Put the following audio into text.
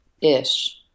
Ish